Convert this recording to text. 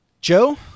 Joe